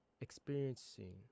experiencing